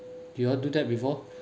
do you all do that before